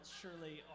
surely